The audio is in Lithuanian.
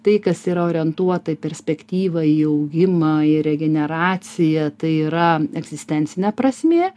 tai kas yra orientuota į perspektyvą į augimą į regeneraciją tai yra egzistencinė prasmė